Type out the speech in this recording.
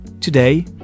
Today